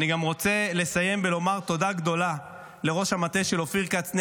אני גם רוצה לסיים ולומר תודה גדולה לראש המטה של אופיר כץ,